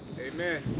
Amen